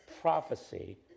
prophecy